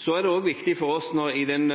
Så er det også viktig for oss i olje-